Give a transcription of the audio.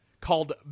called